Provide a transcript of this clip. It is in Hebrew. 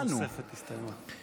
הדקה הנוספת הסתיימה.